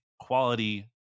quality